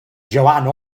joanne